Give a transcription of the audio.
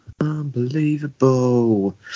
Unbelievable